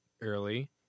early